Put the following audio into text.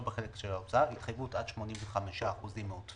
לא בחלק של ההוצאה עד 85% מהעודפים,